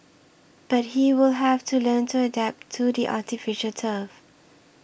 but he will have to learn to adapt to the artificial turf